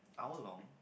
hour long